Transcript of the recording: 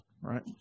Right